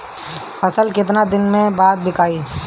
फसल केतना दिन बाद विकाई?